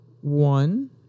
One